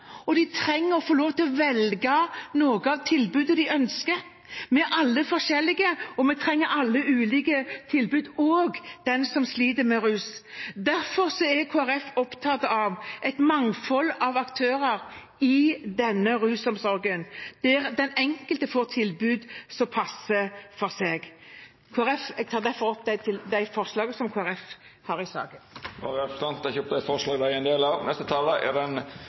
og de trenger å få lov til å velge noe av tilbudet de ønsker. Vi er alle forskjellige, og vi trenger alle ulike tilbud – også de som sliter med rus. Derfor er Kristelig Folkeparti opptatt av et mangfold av aktører i rusomsorgen, der den enkelte får et tilbud som passer for seg. Jeg tar derfor opp de forslagene som Kristelig Folkeparti har i saken. Då har representanten Olaug Vervik Bollestad teke opp